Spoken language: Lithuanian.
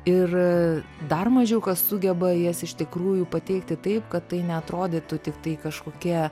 ir dar mažiau kas sugeba jas iš tikrųjų pateikti taip kad tai neatrodytų tiktai kažkokie